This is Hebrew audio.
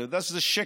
אתה יודע שזה שקר.